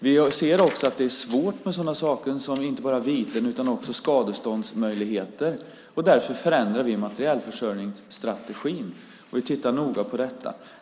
Vi ser också att det är svårt inte bara med sådana saker som viten utan också med skadeståndsmöjligheter. Därför förändrar vi materielförsörjningsstrategin. Vi tittar noga på detta.